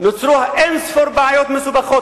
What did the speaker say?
נוצרו אין-ספור בעיות מסובכות,